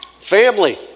Family